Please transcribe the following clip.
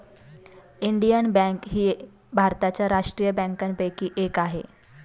Indian Bank ही भारताच्या राष्ट्रीय बँकांपैकी एक आहे